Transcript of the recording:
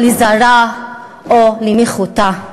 או לזרה, או לנחותה.